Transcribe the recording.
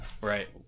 Right